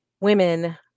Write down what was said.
women